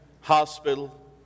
hospital